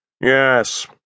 Yes